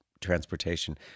transportation